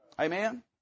Amen